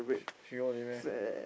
thr~ three only meh